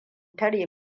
tare